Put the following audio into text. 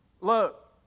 Look